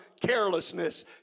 carelessness